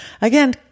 Again